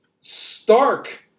stark